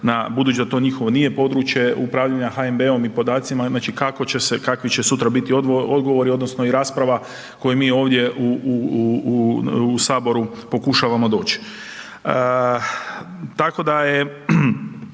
budući da to njihovo nije područje upravljanja HNB-om i podacima, znači kako će se, kakvi će sutra biti odgovori odnosno i rasprava koju mi ovdje u, u, u, u, u saboru pokušavamo doći,